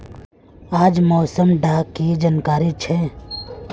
आज मौसम डा की जानकारी छै?